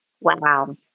Wow